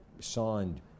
signed